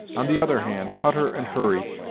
on the other hand, hutter and hurry,